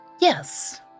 yes